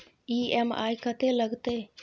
EMI कत्ते लगतै?